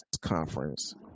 conference